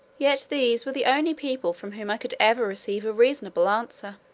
yet these were the only people from whom i could ever receive a reasonable answer.